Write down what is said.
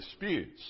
disputes